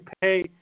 pay